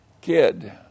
kid